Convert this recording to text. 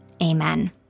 amen